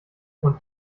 und